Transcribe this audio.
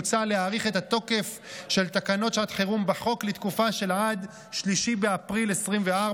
מוצע להאריך את התוקף של תקנות שעת חירום בחוק עד ל-3 באפריל 2024,